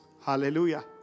Hallelujah